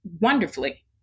wonderfully